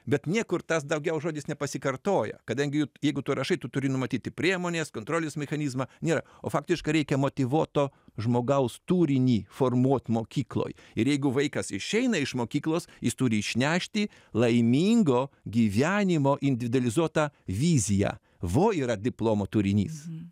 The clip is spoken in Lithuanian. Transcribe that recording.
bet niekur tas daugiau žodis nepasikartoja kadangi jeigu tu rašai tu turi numatyti priemones kontrolės mechanizmą nėra o faktiškai reikia motyvuoto žmogaus turinį formuot mokykloj ir jeigu vaikas išeina iš mokyklos jis turi išnešti laimingo gyvenimo individualizuotą viziją vo yra diplomo turinys